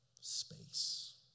space